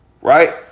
right